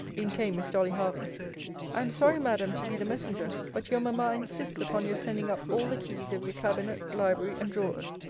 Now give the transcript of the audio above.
in came miss dolly hervey i am sorry, madam, to be the messenger but your mamma insists upon your sending up all the keys of your cabinet, library, and drawers.